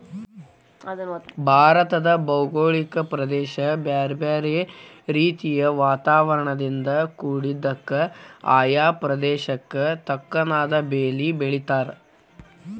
ಭಾರತದ ಭೌಗೋಳಿಕ ಪ್ರದೇಶ ಬ್ಯಾರ್ಬ್ಯಾರೇ ರೇತಿಯ ವಾತಾವರಣದಿಂದ ಕುಡಿದ್ದಕ, ಆಯಾ ಪ್ರದೇಶಕ್ಕ ತಕ್ಕನಾದ ಬೇಲಿ ಬೆಳೇತಾರ